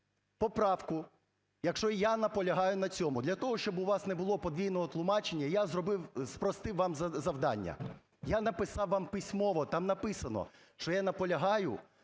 поправку, якщо я наполягаю на цьому. Для того, щоб у вас не було подвійного тлумачення, я зробив, спростив вам завдання. Я написав вам письмово, там написано, що я наполягаю